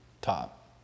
top